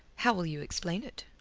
how'll you explain it?